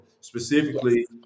specifically